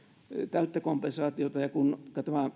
täyttä kompensaatiota ja kun